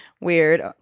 weird